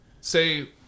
say